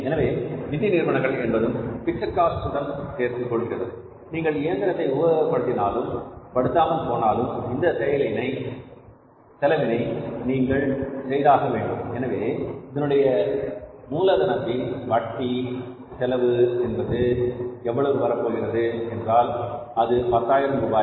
எனவே நிதி செலவுகள் என்பதும் பிக்ஸட் காஸ்ட் உடன் சேர்ந்து கொள்கிறது நீங்கள் இயந்திரத்தை உபயோகப்படுத்தினாலும் படுத்தாமல் போனாலும் இந்த செலவினை நீங்கள் செய்தாக வேண்டும் எனவே இதனுடைய மூலதனத்தின் வட்டி செலவு என்பது எவ்வளவு வரப்போகிறது என்றால் அது பத்தாயிரம் ரூபாய்